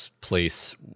place